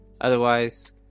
Otherwise